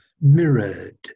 mirrored